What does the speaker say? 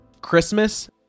Christmas